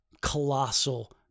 colossal